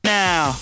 now